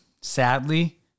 sadly